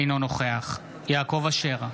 אינו נוכח יעקב אשר,